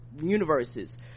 universes